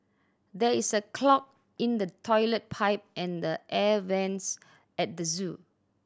there is a clog in the toilet pipe and the air vents at the zoo